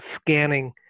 scanning